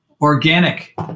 organic